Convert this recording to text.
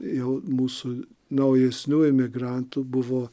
jau mūsų naujesnių emigrantų buvo